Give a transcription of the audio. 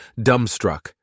dumbstruck